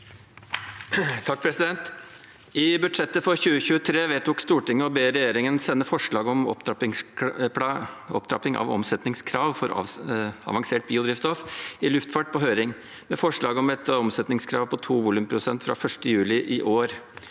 I budsjettet for 2023 vedtok Stortinget å be regjeringen sende på høring forslag om opptrapping av omsetningskrav for avansert biodrivstoff i luftfart, med forslag om et omsetningskrav på to volumprosent fra 1. juli i år.